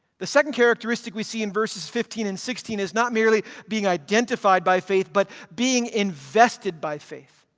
the second characteristic we see in verses fifteen and sixteen is not merely being identified by faith but being invested by faith.